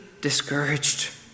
discouraged